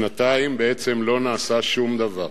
שנתיים בעצם לא נעשה שום דבר.